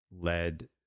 led